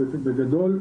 בגדול,